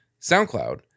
soundcloud